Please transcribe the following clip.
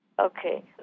Okay